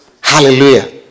Hallelujah